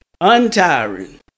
untiring